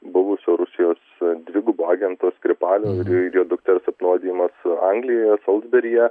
buvusio rusijos dvigubo agento skripalio ir jo dukters apnuodijimas anglijoje solsberyje